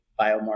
biomarkers